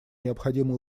необходима